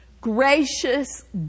Gracious